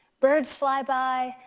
birds fly by,